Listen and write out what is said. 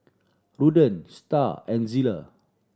Ruthann Starr and Zella